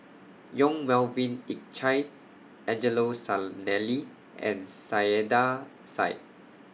Yong Melvin Yik Chye Angelo Sanelli and Saiedah Said